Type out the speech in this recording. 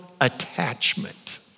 attachment